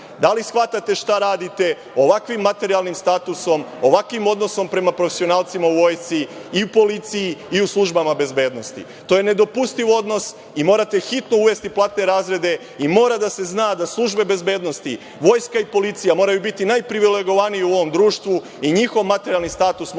Da li shvatate šta radite ovakvim materijalnim statusom, ovakvim odnosom prema profesionalcima u vojsci, u policiji i u službama bezbednosti? To je nedopustiv odnos i morate hitno uvesti platne razrede. Mora da se zna da službe bezbednosti, vojska i policija moraju biti najprivilegovaniji u ovom društvu i njihov materijalni status mora